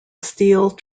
steel